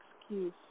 excuse